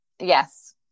Yes